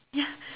ya